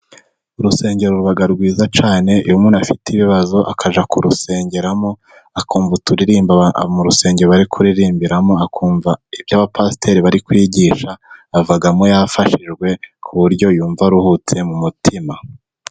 Urusengero ruba rwiza cyane, iyo umuntu afite ibibazo akajya kurusengeramo, akumva uturirimbo mu rusengero bari kuririmbiramo, akumva ibyo abapasiteri bari kwigisha avamo yafashijwe, ku buryo yumva aruhutse mu mutima.